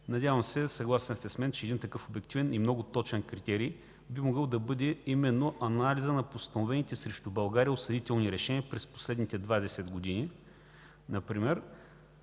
Надявам се, съгласен сте с мен, че такъв обективен и точен критерий би могъл да бъде анализът на постановените срещу България осъдителни решения през последните 20 години. В крайна